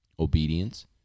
Obedience